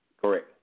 Correct